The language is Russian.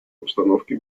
обстановке